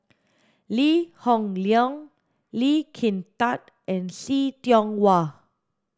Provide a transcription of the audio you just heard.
Lee Hoon Leong Lee Kin Tat and See Tiong Wah